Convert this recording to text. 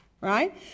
right